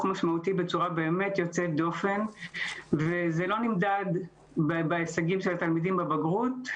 משמעותי בצורה באמת יוצאת דופן וזה לא נמדד בהישגים של התלמידים בבגרות,